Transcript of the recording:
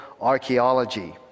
archaeology